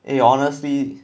eh honestly